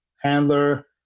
handler